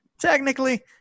technically